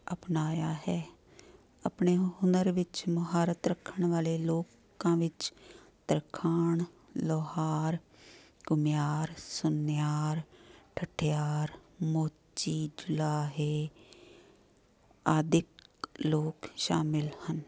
ਅਪਣਾਇਆ ਹੈ ਆਪਣੇ ਹੁਨਰ ਵਿੱਚ ਮੁਹਾਰਤ ਰੱਖਣ ਵਾਲੇ ਲੋਕਾਂ ਵਿੱਚ ਤਰਖਾਣ ਲੁਹਾਰ ਘੁਮਿਆਰ ਸੁਨਿਆਰ ਠਠਿਆਰ ਮੋਚੀ ਜੁਲਾਹੇ ਆਦਿ ਕ ਲੋਕ ਸ਼ਾਮਿਲ ਹਨ